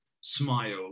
smile